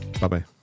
Bye-bye